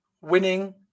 winning